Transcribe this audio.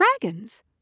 dragons